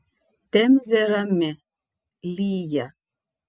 temzė rami lyja